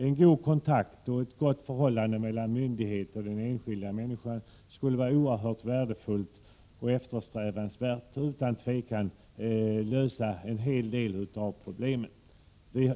En god kontakt och ett gott förhållande mellan myndigheten och den enskilda människan skulle vara oerhört värdefull och eftersträvansvärd och utan tvekan lösa en hel del problem.